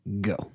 go